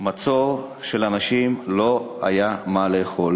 מצור שבו לאנשים לא היה מה לאכול.